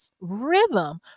rhythm